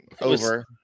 over